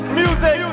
music